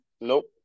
Nope